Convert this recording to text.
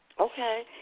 Okay